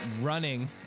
running